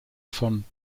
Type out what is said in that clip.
von